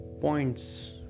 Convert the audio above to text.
points